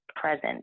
present